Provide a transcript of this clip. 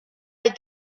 est